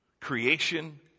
Creation